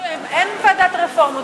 אין ועדת רפורמות.